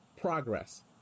progress